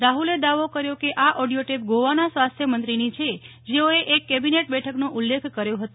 રાહુલે દાવો કર્યો કે આ ઓડિય ટેપ ગોવાના સ્વાસ્થ્ય મંત્રીની છે જેઓએ એક કેબિનેટ બેઠકનો ઉલ્લેખ કર્યો હતો